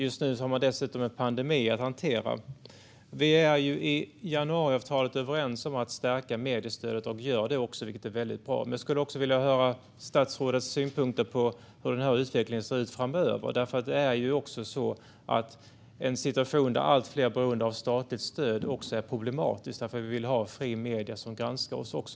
Just nu har man dessutom en pandemi att hantera. Vi är i januariavtalet överens om att stärka mediestödet och gör det också, vilket är väldigt bra. Men jag skulle också vilja höra statsrådets synpunkter på hur utvecklingen ser ut framöver. En situation där allt fler är beroende av statligt stöd är problematisk - vi vill ju också ha fria medier som granskar oss.